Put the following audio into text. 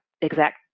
exact